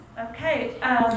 Okay